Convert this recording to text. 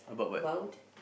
about